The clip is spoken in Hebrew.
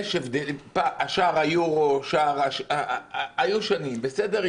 שער היורו, היו שנים, בסדר.